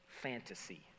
fantasy